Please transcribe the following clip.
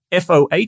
foh